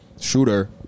Shooter